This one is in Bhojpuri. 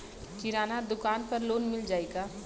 किराना दुकान पर लोन मिल जाई का?